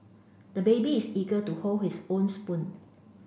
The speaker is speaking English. the baby is eager to hold his own spoon